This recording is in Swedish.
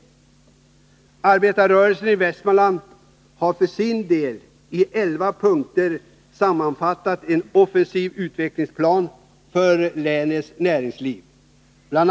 Arbetarrörelsen i Västmanland har för sin del i elva punkter sammanfattat en offensiv utvecklingsplan för länets näringsliv. Bl.